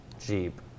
jeep